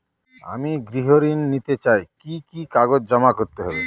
আমি গৃহ ঋণ নিতে চাই কি কি কাগজ জমা করতে হবে?